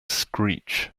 screech